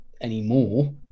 anymore